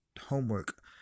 homework